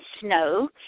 snow